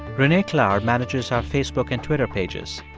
renee klahr manages our facebook and twitter pages.